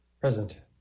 Present